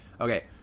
okay